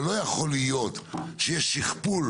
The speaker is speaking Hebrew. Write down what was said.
אבל לא יכול להיות שיש שכפול